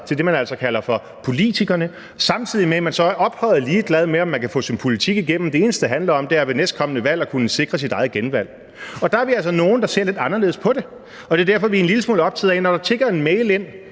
fra dem, som man så kalder politikerne, samtidig med at man så er ophøjet ligeglad med, om man kan få sin politik igennem. Det eneste, det handler om, er ved næstkommende valg at kunne sikre sit eget genvalg – og der er vi altså nogle, der ser lidt anderledes på det. Og det er derfor, vi er en lille smule optaget af, når der tikker en mail ind